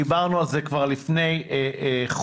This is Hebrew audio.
דיברנו על זה כבר לפני חודש,